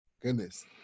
goodness